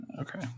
okay